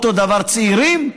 אותו דבר צעירים,